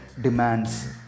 demands